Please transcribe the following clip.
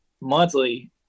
monthly